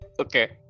okay